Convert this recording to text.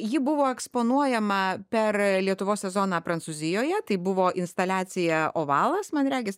ji buvo eksponuojama per lietuvos sezoną prancūzijoje tai buvo instaliacija ovalas man regis